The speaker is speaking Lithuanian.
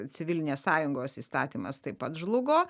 civilinės sąjungos įstatymas taip pat žlugo